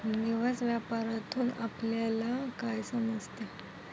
दिवस व्यापारातून आपल्यला काय समजते